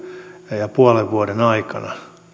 ja ja puolen vuoden aikana